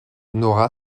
nora